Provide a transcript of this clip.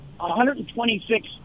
126